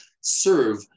serve